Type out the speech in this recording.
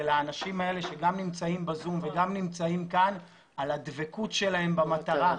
זה לאנשים האלה שגם נמצאים ב-זום וגם נמצאים כאן על הדבקות שלהם במטרה.